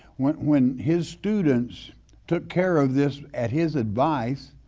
when when his students took care of this at his advice,